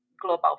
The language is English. global